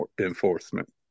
enforcement